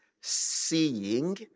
seeing